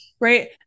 right